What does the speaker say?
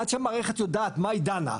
עד שהמערכת יודעת מה היא דנה,